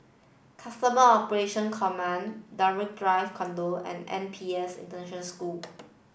Custom Operation Command Draycott Drive Condominium and N P S School